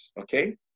okay